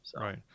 Right